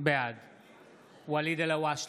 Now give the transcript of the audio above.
בעד ואליד אלהואשלה,